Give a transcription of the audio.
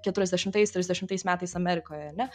keturiasdešimtais trisdešimtais metais amerikoje ar ne